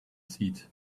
seat